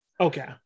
Okay